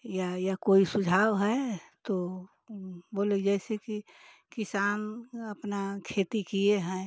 या या कोई सुझाव है तो बोले जैसे कि किसान अपना खेती किए हैं